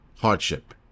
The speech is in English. hardship